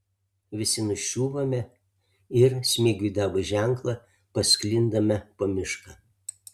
visi nuščiūvame ir smigiui davus ženklą pasklindame po mišką